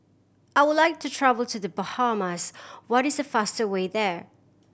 I would like to travel to The Bahamas what is the fastest way there